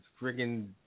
Freaking